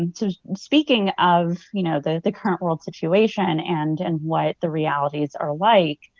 and so speaking of you know the the current world situation and and what the realities are like,